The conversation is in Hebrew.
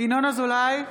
ינון אזולאי,